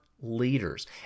leaders